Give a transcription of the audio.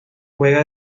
juega